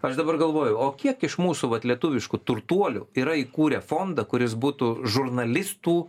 aš dabar galvoju o kiek iš mūsų vat lietuviškų turtuolių yra įkūrę fondą kuris būtų žurnalistų